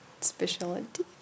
speciality